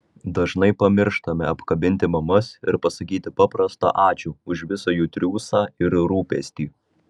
dažnai pamirštame apkabinti mamas ir pasakyti paprastą ačiū už visą jų triūsą ir rūpestį